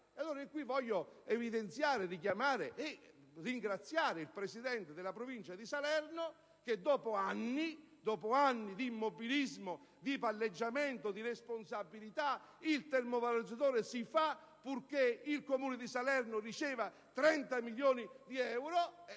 Voglio richiamare e ringraziare il presidente della Provincia di Salerno. Dopo anni di immobilismo, di palleggiamento di responsabilità, il termovalorizzatore sarà realizzato purché il Comune di Salerno riceva 30 milioni di euro.